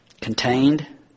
Contained